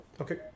Okay